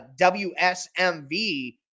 WSMV